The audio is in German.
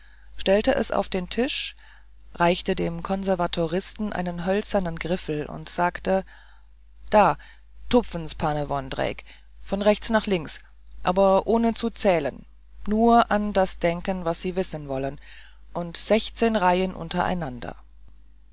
stellte es auf den tisch reichte dem konservatoristen einen hölzernen griffel und sagte da tupfen s pane vondrejc von rechts nach links aber ohne zu zählen nur an das denken was sie wissen wollen und sechzehn reihen untereinander